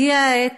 הגיעה העת